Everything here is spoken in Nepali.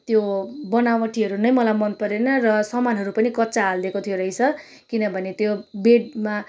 त्यो बनावटीहरू नै मलाई मनपरेन र सामानहरू पनि कच्चा हालिदिको थियो रहेछ किनभने त्यो बेडमा